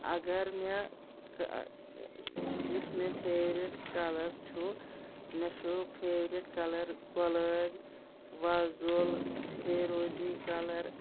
اگَر مےٚ یُس مےٚ فیورِٹ کَلَر چھُ مےٚ چھُ فیورِٹ کَلَر گۄلٲبۍ وَزُل پھیروزی کَلَر